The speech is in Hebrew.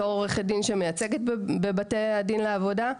בתור עו"ד שמייצגת בבתי הדין לעבודה: